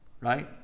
right